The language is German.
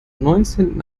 neunzehnten